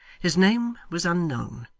his name was unknown,